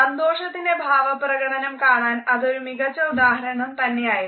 സന്തോഷത്തിൻറെ ഭാവപ്രകടനം കാണാൻ അതൊരു മികച്ച ഉദാഹരണം തന്നെ ആയിരുന്നു